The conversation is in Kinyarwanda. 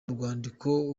urwandiko